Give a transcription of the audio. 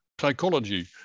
psychology